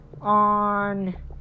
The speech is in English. on